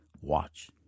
Watch